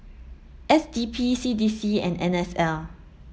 S D P C D C and N S L